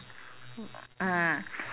mm